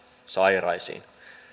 sairaisiin